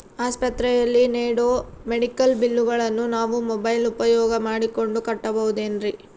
ಆಸ್ಪತ್ರೆಯಲ್ಲಿ ನೇಡೋ ಮೆಡಿಕಲ್ ಬಿಲ್ಲುಗಳನ್ನು ನಾವು ಮೋಬ್ಯೆಲ್ ಉಪಯೋಗ ಮಾಡಿಕೊಂಡು ಕಟ್ಟಬಹುದೇನ್ರಿ?